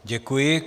Děkuji.